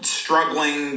struggling